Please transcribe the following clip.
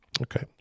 Okay